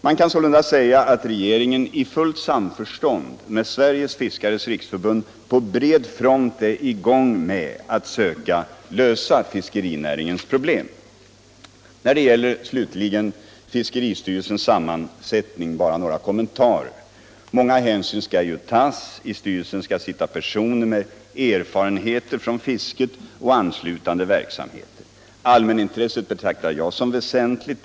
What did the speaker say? Man kan sålunda säga att regeringen i fullt samförstånd med Sveriges fiskares riksförbund på bred front är i gång med att söka lösa fiskerinäringens problem. Bara några kommentarer när det gäller fiskeristyrelsens sammansättning. Många hänsyn skall tas. I styrelsen skall sitta personer med erfarenhet från fisket och anslutande verksamheter. Allmänintresset betraktar jag som väsentligt.